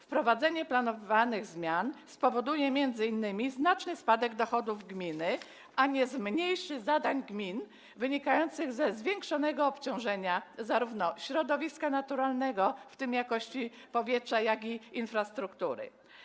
Wprowadzenie planowanych zmian spowoduje m.in. znaczny spadek dochodów gminy, a nie zmniejszy zadań gminy wynikających ze zwiększonego obciążenia zarówno środowiska naturalnego, w tym jakości powietrza, jak i infrastruktury.